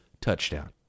TOUCHDOWN